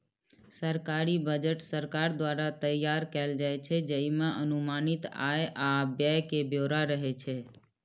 सरकारी बजट सरकार द्वारा तैयार कैल जाइ छै, जइमे अनुमानित आय आ व्यय के ब्यौरा रहै छै